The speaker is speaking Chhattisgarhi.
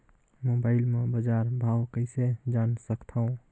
मोबाइल म बजार भाव कइसे जान सकथव?